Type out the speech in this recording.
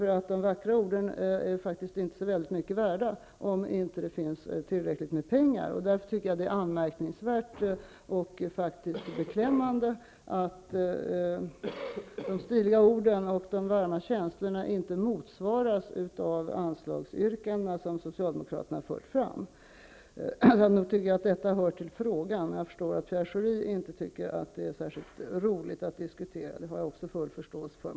De vackra orden är inte så väldigt mycket värda om det inte finns tillräckligt med pengar. Det är därför anmärkningsvärt och beklämmande att de stiliga orden och de varma känslorna inte motsvaras av de anslagsyrkanden som Socialdemokraterna för fram. Jag anser att detta hör till frågan, men jag förstår att Pierre Schori inte tycker att det är särskilt roligt att diskutera. Det har jag full förståelse för.